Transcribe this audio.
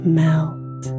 melt